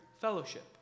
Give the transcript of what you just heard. fellowship